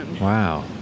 Wow